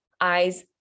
eyes